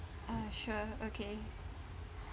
uh sure okay